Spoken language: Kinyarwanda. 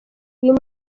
uyu